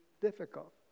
difficult